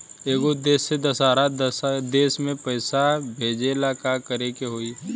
एगो देश से दशहरा देश मे पैसा भेजे ला का करेके होई?